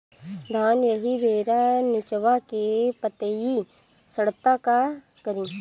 धान एही बेरा निचवा के पतयी सड़ता का करी?